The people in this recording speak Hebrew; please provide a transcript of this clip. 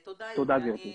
בסדר גמור, תודה, גברתי.